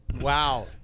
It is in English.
Wow